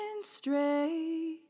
straight